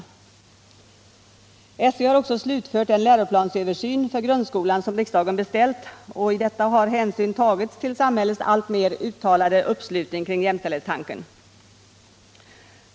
Skolöverstyrelsen har också slutfört den läroplansöversyn för grundskolan som riksdagen beställt, och i detta har hänsyn tagits till samhällets alltmer uttalade uppslutning kring jämställdhetstanken.